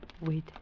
Wait